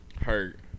Hurt